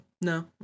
no